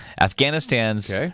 Afghanistan's